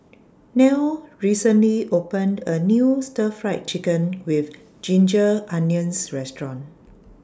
Nell recently opened A New Stir Fried Chicken with Ginger Onions Restaurant